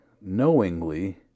knowingly